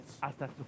hasta